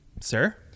Sir